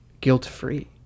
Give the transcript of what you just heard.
guilt-free